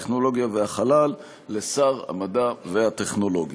הטכנולוגיה והחלל לשר המדע והטכנולוגיה.